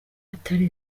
atari